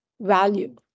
Value